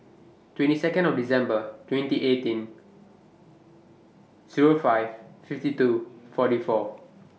twenty Second of December twenty eighteen Zero five fifty two forty four